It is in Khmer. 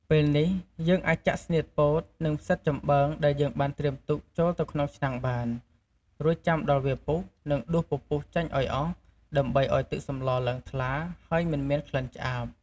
ពេលនេះ យើងអាចចាក់ស្នៀតពោត និង ផ្សិតចំបើងដែលយើងបានត្រៀមទុកចូលទៅក្នុងឆ្នាំងបាន រួចចាំដល់វាពុះ និងដួសពពុះចេញឱ្យអស់ ដើម្បីឱ្យទឹកសម្លឡើងថ្លា ហើយមិនមានក្លិនឆ្អាប។